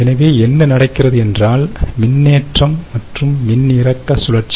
எனவே என்ன நடக்கிறது என்றால் மின்னேற்ற மற்றும் மின்னிறக்க சுழற்சி